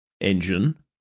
engine